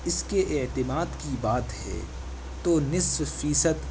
اس کے اعتماد کی بات ہے تو نصف فیصد